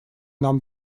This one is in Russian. нам